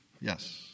Yes